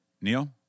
Neil